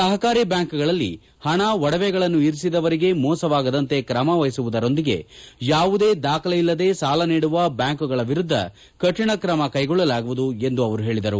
ಸಹಕಾರಿ ಬ್ಯಾಂಕ್ಗಳಲ್ಲಿ ಹಣ ಒಡವೆಗಳನ್ನು ಇರಿಸಿದವರಿಗೆ ಮೋಸವಾಗದಂತೆ ಕ್ರಮ ವಹಿಸುವುದರೊಂದಿಗೆ ಯಾವುದೇ ದಾಖಲೆಯಿಲ್ಲದೆ ಸಾಲ ನೀಡುವ ಬ್ಯಾಂಕ್ಗಳ ವಿರುದ್ದ ಕಠಿಣ ಕ್ರಮವನ್ನೂ ವಹಿಸಲಾಗುವುದು ಎಂದವರು ಹೇಳಿದರು